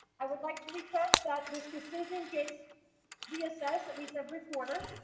i would like to request that this decision gets reassessed at least every quarter,